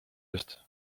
eest